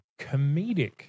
comedic